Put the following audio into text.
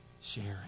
sharing